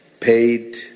paid